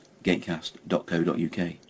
Gatecast.co.uk